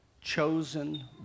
chosen